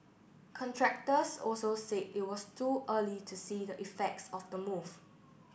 contractors also said it was too early to see the effects of the move